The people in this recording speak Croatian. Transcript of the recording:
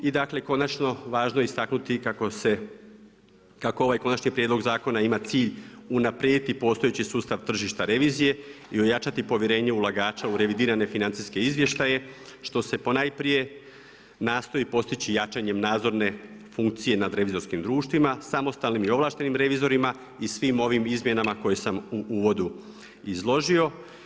I dakle konačno je važno istaknuti kako ovaj konačni prijedlog zakona ima cilj unaprijediti postojeći sustav tržišta revizije i ojačati povjerenje ulagača u revidirane financijske izvještaje što se ponajprije nastoji postići jačanjem nadzorne funkcije nad revizorskim društvima, samostalnim i ovlaštenim revizorima i svim ovim izmjenama koje sam u uvodu izložio.